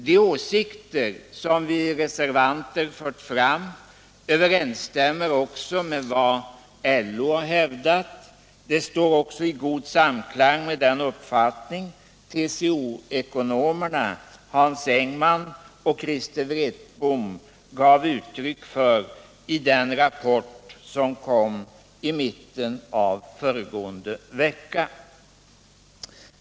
De åsikter vi reservanter fört fram överensstämmer med vad LO hävdar. De står också i god samklang med den uppfattning TCO-ekonomerna Hans Engman och Christer Vretbom gav uttryck för i den rapport som kom i mitten av föregående: vecka.